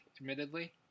admittedly